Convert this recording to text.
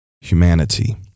humanity